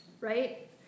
Right